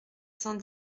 cent